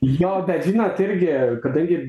jo bet žinot irgi kadangi